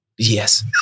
Yes